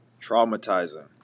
Traumatizing